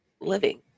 living